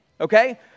okay